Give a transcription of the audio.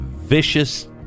Vicious